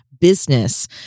business